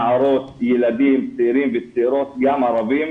נערות, ילדים צעירים וצעירות גם ערבים,